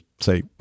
say